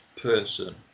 person